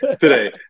today